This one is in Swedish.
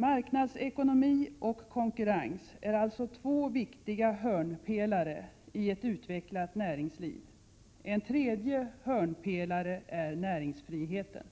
Marknadsekonomi och konkurrens är alltså två viktiga hörnpelare i ett utvecklat näringsliv. En tredje hörnpelare är näringsfriheten.